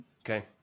Okay